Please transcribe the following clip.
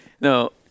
No